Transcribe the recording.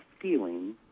feeling